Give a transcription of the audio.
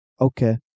okay